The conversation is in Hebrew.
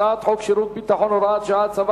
הצעת חוק שירות ביטחון (הוראת שעה) (הצבת